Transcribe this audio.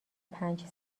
پنج